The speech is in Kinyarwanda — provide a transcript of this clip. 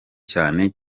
cyane